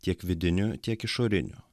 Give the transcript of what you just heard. tiek vidinių tiek išorinių